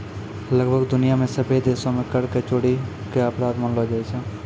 लगभग दुनिया मे सभ्भे देशो मे कर के चोरी के अपराध मानलो जाय छै